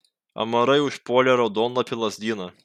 amarai užpuolė raudonlapį lazdyną